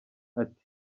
ati